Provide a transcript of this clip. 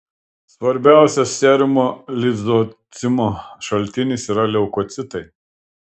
svarbiausias serumo lizocimo šaltinis yra leukocitai